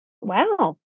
Wow